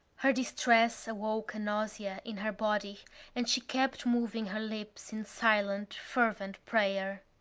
her distress awoke a nausea in her body and she kept moving her lips in silent fervent prayer.